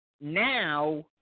now